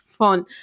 Fun